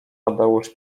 tadeusz